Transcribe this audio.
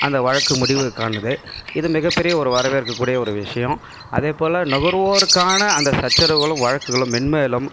அந்த வழக்கு முடிவுக்காணுது இது மிகப்பெரிய ஒரு வரவேற்க கூடிய ஒரு விஷயம் அதேப்போல் நுகர்வோருக்கான அந்த சச்சரவுகளும் வழக்குகளும் மென்மேலும்